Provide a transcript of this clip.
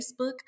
Facebook